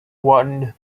one